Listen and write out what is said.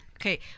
Okay